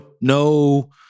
No